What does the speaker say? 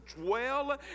dwell